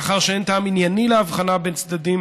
מאחר שאין טעם ענייני להבחנה בין צדדים